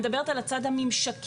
אני מדברת על הצד הממשקי,